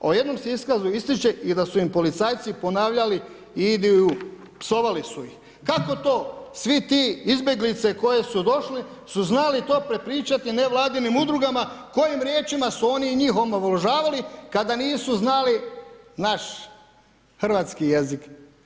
U jednom se iskazu ističe i da su im policajci ponavljali idu u, psovali su ih.“ Kako to svi ti izbjeglice koje su došli su znali to prepričati nevladinim udrugama, kojim riječima su oni njih omalovažavali kada nisu znali naš hrvatski jezik?